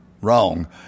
wrong